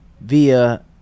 via